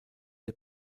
der